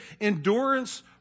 Endurance